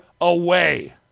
away